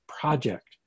project